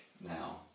now